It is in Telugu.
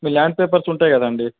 మీ ల్యాండ్ పేపర్స్ ఉంటాయి కదండి